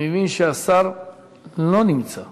אני מבין שהשר לא נמצא.